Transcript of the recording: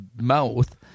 mouth